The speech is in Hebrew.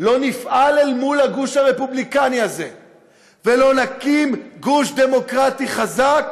לא נפעל אל מול הגוש הרפובליקני הזה ולא נקים גוש דמוקרטי חזק,